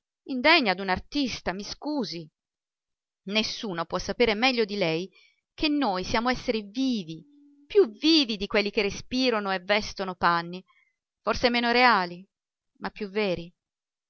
indegna d'un artista mi scusi nessuno può sapere meglio di lei che noi siamo esseri vivi più vivi di quelli che respirano e vestono panni forse meno reali ma più veri